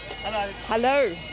Hello